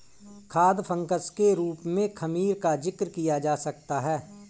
खाद्य फंगस के रूप में खमीर का जिक्र किया जा सकता है